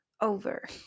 over